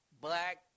black